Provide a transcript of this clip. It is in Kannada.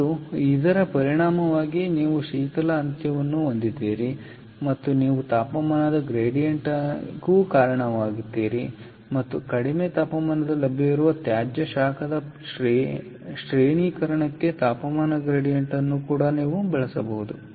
ಮತ್ತು ಇದರ ಪರಿಣಾಮವಾಗಿ ನೀವು ಶೀತಲ ಅಂತ್ಯವನ್ನು ಹೊಂದಿದ್ದೀರಿ ಮತ್ತು ನೀವು ತಾಪಮಾನದ ಗ್ರೇಡಿಯಂಟ್ಗೆ ಕಾರಣವಾಗುತ್ತೀರಿ ಮತ್ತು ಕಡಿಮೆ ತಾಪಮಾನದಲ್ಲಿ ಲಭ್ಯವಿರುವ ತ್ಯಾಜ್ಯ ಶಾಖದ ಶ್ರೇಣೀಕರಣಕ್ಕೆ ತಾಪಮಾನ ಗ್ರೇಡಿಯಂಟ್ ಅನ್ನು ಬಳಸಬಹುದು